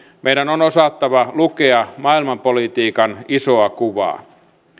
meidän on osattava lukea maailmanpolitiikan isoa kuvaa